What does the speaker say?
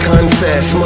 Confess